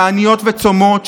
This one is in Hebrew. תעניות וצומות,